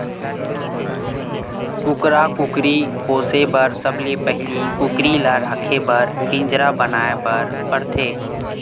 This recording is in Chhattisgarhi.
कुकरा कुकरी पोसे बर सबले पहिली कुकरी ल राखे बर पिंजरा बनाए बर परथे